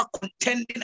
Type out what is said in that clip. contending